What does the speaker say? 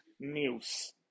news